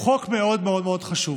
הוא חוק מאוד מאוד חשוב.